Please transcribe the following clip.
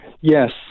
Yes